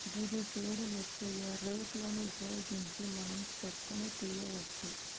గిది సూడు లచ్చయ్య రేక్ లను ఉపయోగించి మనం సెత్తను తీయవచ్చు